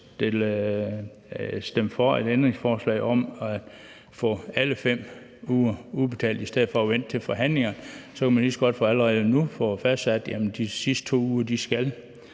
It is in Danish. at man stemmer for et ændringsforslag om at få alle 5 uger udbetalt i stedet for at vente til forhandlingerne. Man kan lige så godt allerede nu få fastsat, at de sidste 2 uger skal